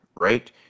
right